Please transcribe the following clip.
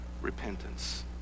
repentance